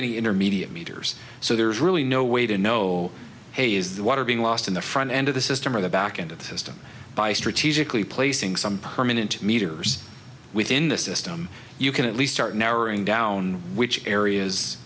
any intermediate meters so there's really no way to know hey is the water being lost in the front end of the system or the back end of the system by strategically placing some permanent meters within the system you can at least start narrowing down which areas